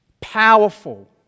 powerful